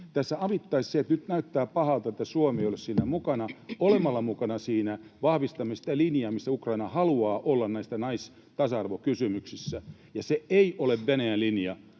kokoon kutsuttu. Nyt näyttää pahalta, että Suomi ei ole siinä mukana. Olemalla siinä mukana vahvistamme sitä linjaa, missä Ukraina haluaa olla näissä nais- ja tasa-arvokysymyksissä — se ei ole Venäjän linja,